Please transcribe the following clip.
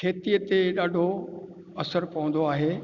खेतीअ ते ॾाढो असरु पवंदो आहे